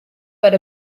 but